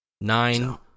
Nine